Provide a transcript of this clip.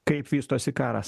kaip vystosi karas